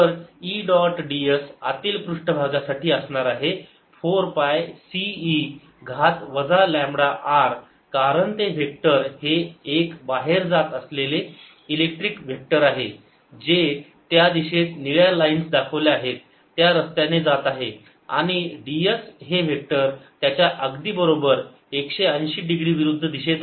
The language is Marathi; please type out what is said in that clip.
तर E डॉट ds आतील पृष्ठ भागासाठी असणार आहे 4 पाय C e घात वजा लांबडा r कारण ते वेक्टर हे एक बाहेर जात असलेले इलेक्ट्रिक वेक्टर आहे ते ज्या दिशेत निळ्या लाईन्स दाखवल्या आहेत त्या रस्त्याने जात आहे आणि ds हे वेक्टर त्याच्या अगदी बरोबर 180 डिग्री विरुद्ध दिशेत आहे